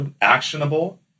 actionable